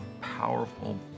powerful